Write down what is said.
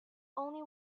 only